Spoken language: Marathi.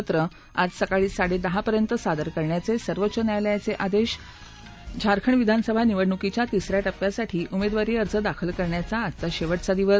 पत्र आज सकाळी साडेदहा पर्यंत सादर करण्याचे सर्वोच्च न्यायालयाचे आदेश झारखंड विधानसभा निवडणुकीच्या तिस या टप्प्यासाठी उमेदवारी अर्ज दाखल करणयाचा आज अंतिम दिवस